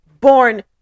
born